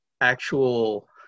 actual